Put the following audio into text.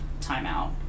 timeout